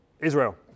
Israel